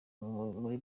muri